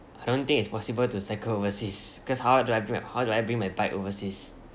I don't think it's possible to cycle overseas cause how do I bring how do I bring my bike overseas